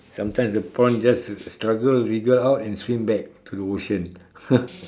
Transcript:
sometime the prawn just struggle wiggle out and swim back to the ocean ha